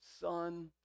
son